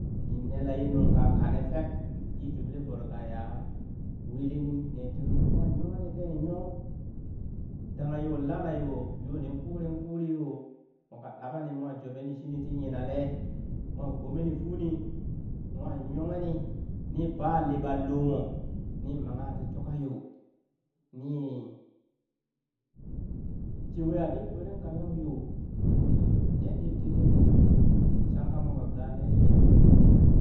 Ni nele ye nung ka kane fek yi jubli voro ka ya wili ne tumi mwa yila nyonghe ni teen nyong, dangha yo lana yoo, yoo nin kurin kuri yoo, moka ɗaɓa ni mwa joɓe ni shini ti yinale, mwa gbome ni funi mwa nyonghe ni, ni baa liɓan lomo ni mangha ti tuka yo, ni jeuya ni ɗoren kalau yo, ni ne ɗib ti lilmo shanka mo ka galen liya.